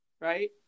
right